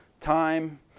Time